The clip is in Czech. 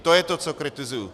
To je to, co kritizuji.